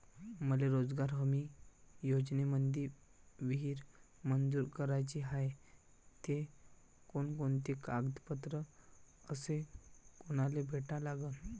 मले रोजगार हमी योजनेमंदी विहीर मंजूर कराची हाये त कोनकोनते कागदपत्र अस कोनाले भेटा लागन?